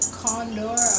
condor